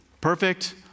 Perfect